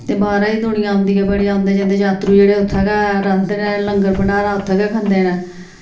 ते बाह्रै दी दूनियां औंदी ऐ बड़ी औंदे जंदे जात्तरू जेह्डे़ उ'त्थें गै रखङन लगंर भंडारा उ'त्थें गै खंदे न